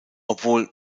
obwohl